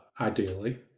Ideally